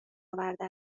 آورده